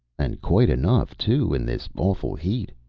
and quite enough, too, in this awful heat,